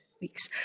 weeks